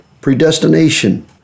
Predestination